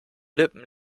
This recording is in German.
lippen